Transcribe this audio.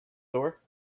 door